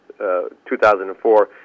2004